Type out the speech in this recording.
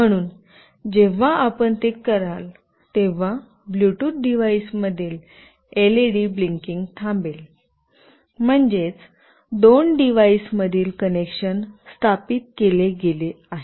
म्हणून जेव्हा आपण ते कराल तेव्हा ब्लूटूथ डिव्हाइसमधील एलईडी ब्लिंकिंग थांबेल म्हणजेच दोन डिव्हाइसमधील कनेक्शन स्थापित केले गेले आहे